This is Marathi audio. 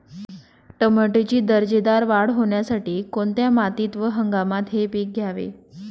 टोमॅटोची दर्जेदार वाढ होण्यासाठी कोणत्या मातीत व हंगामात हे पीक घ्यावे?